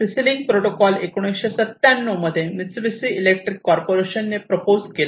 CC link protocol 1997 मध्ये Mitsubishi electric corporation ने propose केला